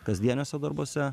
kasdieniuose darbuose